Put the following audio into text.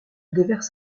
déverse